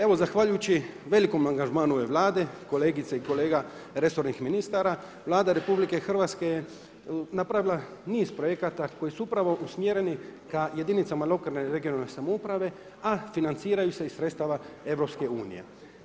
Evo zahvaljujući velikom angažmanu ove Vlade, kolegica i kolega, resornih ministara, Vlada RH je napravila niz projekata koji su upravo usmjereni ka jedinicama lokalne i regionalne samouprave a financiraju se i sredstava EU-a.